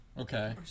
Okay